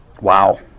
wow